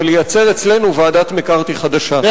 ולייצר אצלנו ועדת מקארתי חדשה.